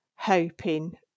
hoping